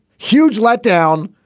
huge let down.